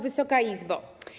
Wysoka Izbo!